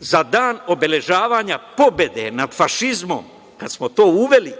za dan obeležavanja pobede nad fašizmom, kad smo to uveli